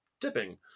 dipping